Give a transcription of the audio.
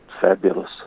fabulous